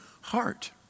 heart